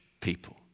people